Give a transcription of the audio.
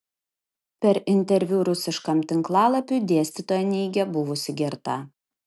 per interviu rusiškam tinklalapiui dėstytoja neigė buvusi girta